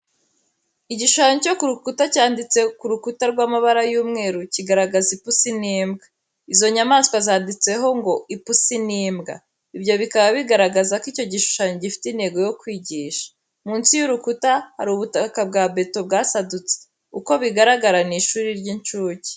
Igishushanyo cyo ku rukuta cyanditse ku rukuta rw'amabara y'umweru, kigaragaza ipusi n'imbwa. Izo nyamaswa zanditseho ngo "Ipusi n'imbwa", ibyo bikaba bigaragaza ko icyo gishushanyo gifite intego yo kwigisha. Munsi y'urukuta, hari ubutaka bwa beto bwasadutse. Uko bigaragara n'ishuri ry'incuke.